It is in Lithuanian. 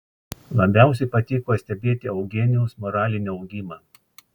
labiausiai patiko stebėti eugenijaus moralinį augimą